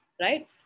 right